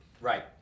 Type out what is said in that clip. right